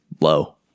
low